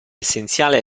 essenziale